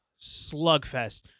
slugfest